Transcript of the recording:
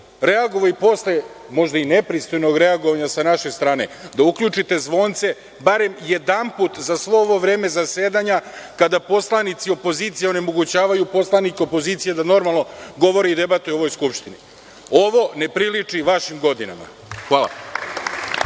reagovao, i posle možda i nepristojnog reagovanja sa naše strane, da uključite zvonce barem jedanput za sve ovo vreme zasedanja kada poslanici opozicije onemogućavaju poslanike pozicije normalno govore i debatuju u ovoj Skupštini. Ovo ne priliči vašim godinama. Hvala.